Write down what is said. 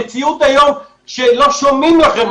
המציאות היום שלא שומעים לכם מספיק.